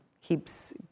keeps